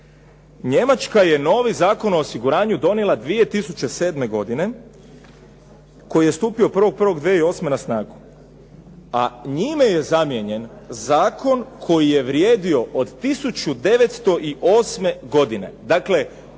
Njemačka je novi Zakon o osiguranju donijela 2007. godine koji je stupio 1.1.2008. na snagu, a njime je zamijenjen zakon koji je vrijedio od 1908. godine, dakle